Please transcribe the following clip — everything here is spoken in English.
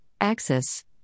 axis